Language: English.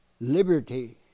Liberty